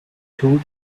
told